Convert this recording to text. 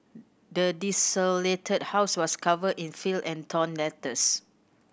the desolated house was covered in filth and torn letters